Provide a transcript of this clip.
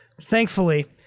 Thankfully